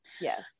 Yes